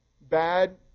bad